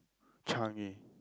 Changi